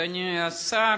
אדוני השר,